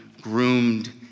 groomed